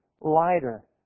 lighter